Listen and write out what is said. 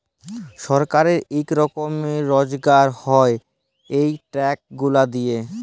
ছরকারের ইক রকমের রজগার হ্যয় ই ট্যাক্স গুলা দিঁয়ে